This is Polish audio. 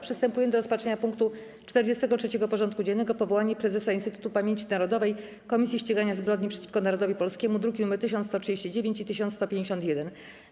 Przystępujemy do rozpatrzenia punktu 43. porządku dziennego: Powołanie Prezesa Instytutu Pamięci Narodowej - Komisji Ścigania Zbrodni przeciwko Narodowi Polskiemu (druki nr 1139 i 1151)